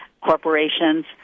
corporations